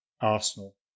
Arsenal